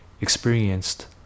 experienced